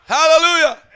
Hallelujah